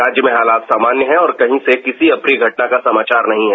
राज्य में हालात सामान्य हैं और कहीं से किसी अप्रिय घटना का समाचार नहीं है